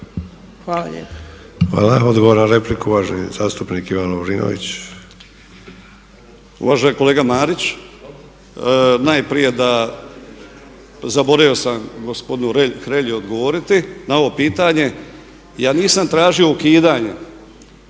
Hvala. Odgovor na repliku, uvaženi zastupnik Ivan Lovrinović. **Lovrinović, Ivan (MOST)** Uvaženi kolega Marić, najprije da zaboravio sam gospodinu Hrelji odgovoriti na ovo pitanje. Ja nisam tražio ukidanje